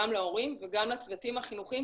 גם להורים וגם לצוותים החינוכיים,